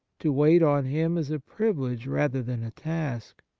to wait on him is a privilege rather than a task.